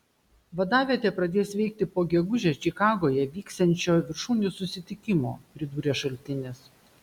vadavietė pradės veikti po gegužę čikagoje vyksiančio viršūnių susitikimo pridūrė šaltinis